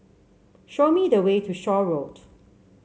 show me the way to Shaw Road